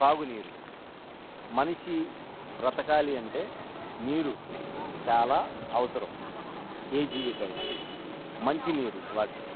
కావు నీరు మనిషి ర్రతకాలి అంటే నీరు చాలా అవసరం ఏ జీవికైనా మంచిినీరు వాటు